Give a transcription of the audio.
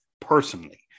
personally